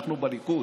אנחנו בליכוד.